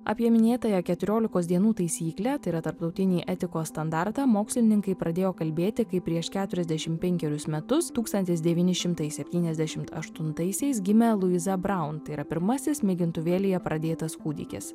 apie minėtąją keturioikos dienų taisyklę tai yra tarptautinį etikos standartą mokslininkai pradėjo kalbėti kaip prieš keturiasdešimt penkerius metus tūkstantis devyni šimtai septyniasdešimt aštuntaisiais gimė luiza braun tai yra pirmasis mėgintuvėlyje pradėtas kūdikis